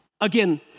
Again